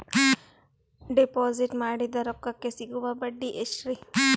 Deposit ಮಾಡಿದ ರೊಕ್ಕಕೆ ಸಿಗುವ ಬಡ್ಡಿ ಎಷ್ಟ್ರೀ?